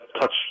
touch